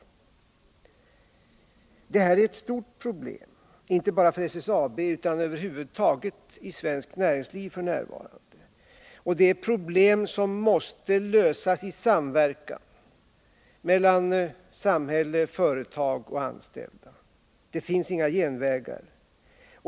Detta är ett stort problem inte bara för SSAB utan över huvud taget i svenskt näringsliv f. n. Det är problem som måste lösas i samverkan mellan samhälle, företag och anställda. Det finns inga genvägar.